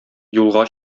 юлга